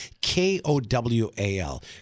K-O-W-A-L